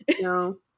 No